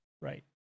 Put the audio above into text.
right